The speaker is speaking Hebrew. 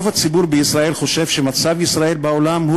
רוב הציבור בישראל חושב שמצב ישראל בעולם הוא